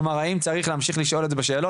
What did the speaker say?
כלומר האם צריך להמשיך לשאול את זה בשאלון.